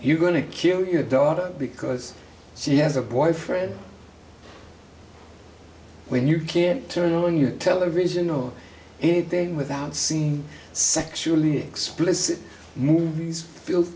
to kill your daughter because she has a boyfriend when you can't turn on your television or anything without seeing sexually explicit movies fi